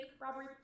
robbery